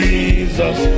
Jesus